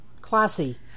Classy